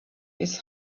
his